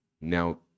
Now